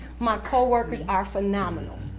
my coworkers are phenomenal.